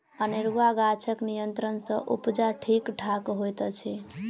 अनेरूआ गाछक नियंत्रण सँ उपजा ठीक ठाक होइत अछि